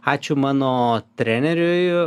ačiū mano treneriui